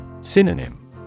Synonym